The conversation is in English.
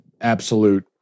absolute